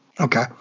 Okay